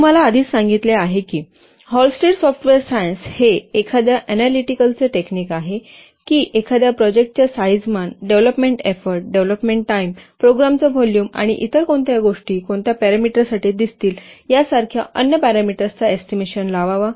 मी तुम्हाला आधीच सांगितले आहे की हॉलस्टिड सॉफ्टवेयर सायन्स हे एखाद्या ऍनालीटीकलचे टेक्निक आहे की एखाद्या प्रोजेक्टच्या साईजमान डेव्हलपमेंट एफोर्ट डेव्हलपमेंट टाईम प्रोग्रामचा व्हॉल्युम आणि इतर कोणत्या गोष्टी कोणत्या पॅरामीटर्ससाठी दिसतील यासारख्या अन्य पॅरामीटर्सचा एस्टिमेशन लावावा